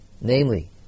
Namely